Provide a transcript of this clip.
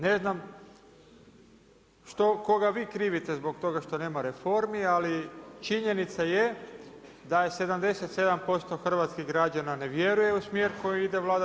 Ne znam što, koga vi krivite zbog toga što nema reformi, ali činjenica je da 77% hrvatskih građana ne vjeruje u smjer kojim ide Vlada.